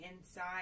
inside